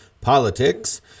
Politics